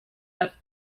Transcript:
have